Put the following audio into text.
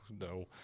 no